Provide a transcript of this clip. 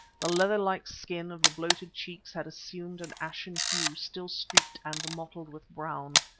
the leather-like skin of the bloated cheeks had assumed an ashen hue still streaked and mottled with brown.